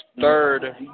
third